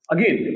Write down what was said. Again